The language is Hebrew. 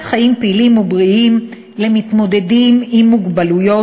חיים פעילים ובריאים למתמודדים עם מוגבלויות,